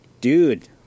Dude